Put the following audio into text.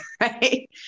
right